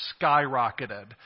skyrocketed